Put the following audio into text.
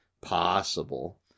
Possible